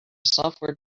software